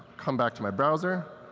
come back to my browser,